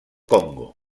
congo